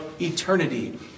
eternity